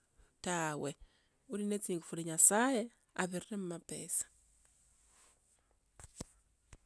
Tawe, uli ne tsingufu ni nyasaye avirire mumapesa.